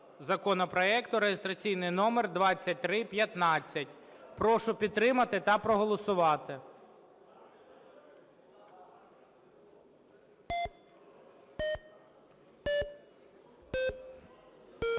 законопроекту реєстраційний номер 2315. Прошу підтримати та проголосувати.